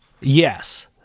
Yes